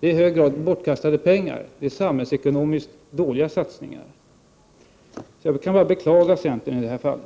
Det är i hög grad bortkastade pengar, och det är samhällsekonomiskt dåliga satsningar. Jag kan bara beklaga centern i det här fallet.